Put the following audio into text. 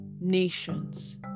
nations